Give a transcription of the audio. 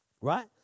Right